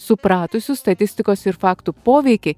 supratusių statistikos ir faktų poveikį